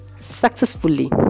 successfully